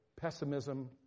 pessimism